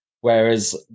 whereas